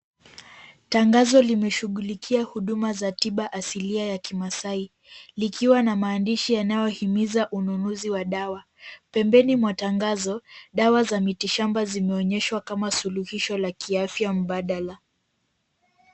Tangazo limeshughulikia huduma ya tiba asilia ya kimaasai likiwa na maandishi yanayohimiza ununuzi wa dawa. Pembeni mwa tangazo, dawa za miti shamba zimeonyeshwa kama suluhisho za kiafya mbadala.